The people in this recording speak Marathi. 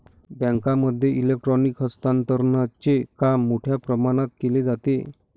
बँकांमध्ये इलेक्ट्रॉनिक हस्तांतरणचे काम मोठ्या प्रमाणात केले जाते